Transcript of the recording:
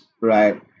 right